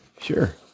Sure